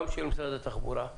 גם של משרד התחבורה,